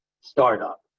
startup